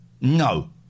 No